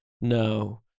No